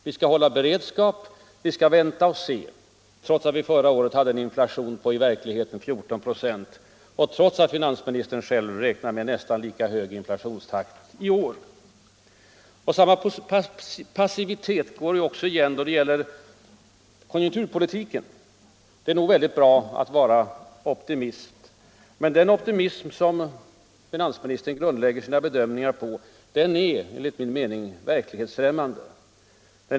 Vi skall hålla beredskap, vi skall vänta och se, trots att vi förra året hade en inflation på i verkligheten 14 96 och trots att finansministern själv räknar med en nästan lika hög inflationstakt i år. Samma passivitet går ju också igen då det gäller konjunkturpolitiken. Det är nog väldigt bra att vara optimist. Men den optimism som finansministern grundlägger sina bedömningar på den är, enligt min mening, verklighetsfrämmande.